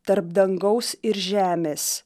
tarp dangaus ir žemės